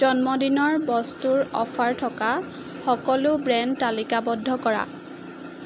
জন্মদিনৰ বস্তু অফাৰ থকা সকলো ব্ৰেণ্ড তালিকাবদ্ধ কৰা